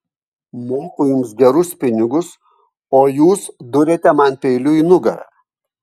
moku jums gerus pinigus o jūs duriate man peiliu į nugarą